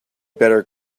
better